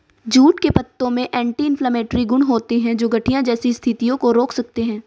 jute के पत्तों में एंटी इंफ्लेमेटरी गुण होते हैं, जो गठिया जैसी स्थितियों को रोक सकते हैं